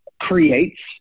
creates